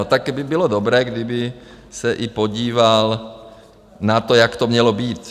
Také by bylo dobré, kdyby se podíval i na to, jak to mělo být.